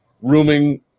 rooming